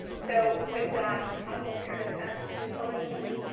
so, with that, i will turn it back to elizabeth.